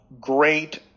great